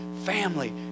family